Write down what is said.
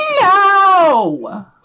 No